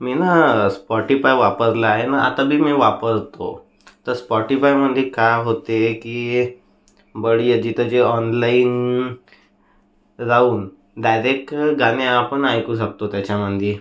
मी ना स्पॉटीफाय वापरलं आहे आणि आता बी मी वापरतो तर स्पॉटीफायमध्ये काय होते की बढिया जिथे जी ऑनलाईन राहून डायरेक गाणी आपण ऐकू शकतो त्याच्यामधे